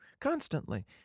constantly